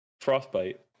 Frostbite